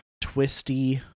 twisty